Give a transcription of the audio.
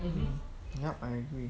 mm yup I agree